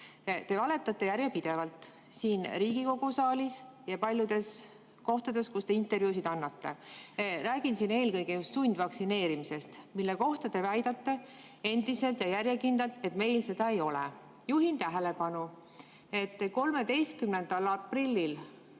Te valetate järjepidevalt siin Riigikogu saalis ja paljudes kohtades, kus te intervjuusid annate. Räägin siin eelkõige just sundvaktsineerimisest, mille kohta te väidate endiselt ja järjekindlalt, et meil seda ei ole. Juhin tähelepanu, et 13. aprillil